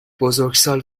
بزرگسال